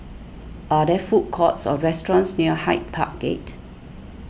are there food courts or restaurants near Hyde Park Gate